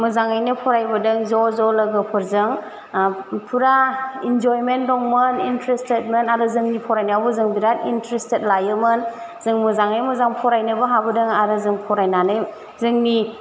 मोजाङैनो फरायबोदों ज' ज' लोगोफोरजों फुरा इन्जयमेन दंमोन इन्ट्रेस्टेडमोन आरो जोंनि फरायनायावबो जों बिराद इन्ट्रेस्टेड लायोमोन जों मोजाङैनो मोजां फरायनोबो हाबोदों आरो जों फरायनानै जोंनि